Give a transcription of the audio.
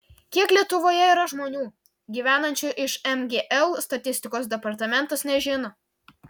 kiek lietuvoje yra žmonių gyvenančių iš mgl statistikos departamentas nežino